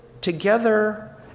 together